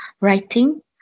writing